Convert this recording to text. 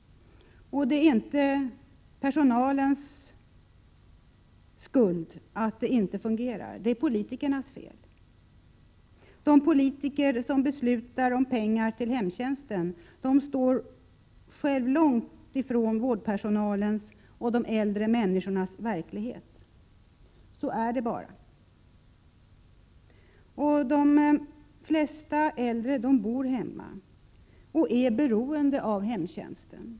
Det är inte personalens skuld att det inte fungerar. Det är politikernas fel. De politiker som beslutar om pengar till hemtjänsten står själva långt ifrån vårdpersonalens och de äldre människornas verklighet. Så är det bara. De flesta äldre bor hemma och är beroende av hemtjänsten.